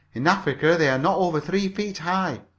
in africa they are not over three feet high.